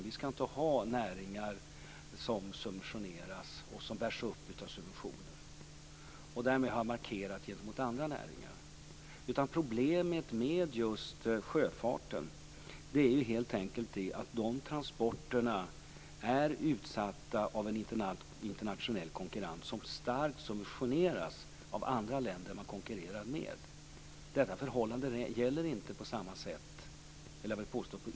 Vi skall inte ha näringar som subventioneras och som bärs upp av subventioner. Därmed har jag markerat gentemot andra näringar. Problemet med sjöfarten är att de transporterna är utsatta för en internationell konkurrens som starkt subventioneras av de länder som man konkurrerar med. Detta förhållande gäller inte för andra transporter. Fru talman!